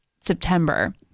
September